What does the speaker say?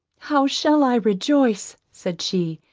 how shall i rejoice, said she,